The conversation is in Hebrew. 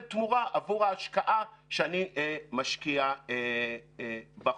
תמורה עבור ההשקעה שאני משקיע בחולים.